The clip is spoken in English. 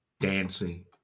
dancing